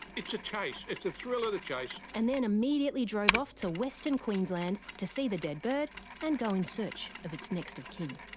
it's a chase, it's the thrill of the chase. and then immediately drove off to western queensland to see the dead bird and go in search of its next of kin.